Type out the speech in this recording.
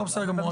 בסדר גמור.